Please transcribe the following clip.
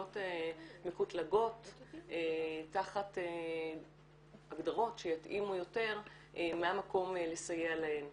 מקוטלגות תחת הגדרות שיתאימו יותר מהמקום לסייע להן.